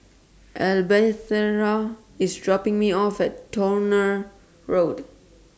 IS dropping Me off At Towner Road